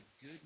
good